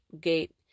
gate